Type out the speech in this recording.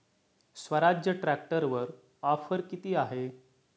स्वराज्य ट्रॅक्टरवर ऑफर किती आहे?